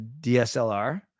DSLR